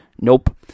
Nope